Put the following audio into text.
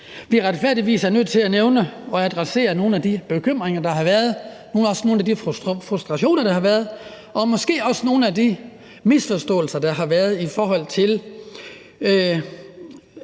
at vi retfærdigvis er nødt til at nævne og adressere nogle af de bekymringer, der har været, og også nogle af de frustrationer, der har været, og måske også nogle af de misforståelser, der har været i forhold til